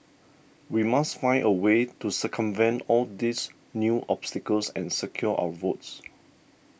we must find a way to circumvent all these new obstacles and secure our votes